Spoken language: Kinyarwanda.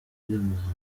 umuhanzi